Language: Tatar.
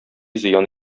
зыян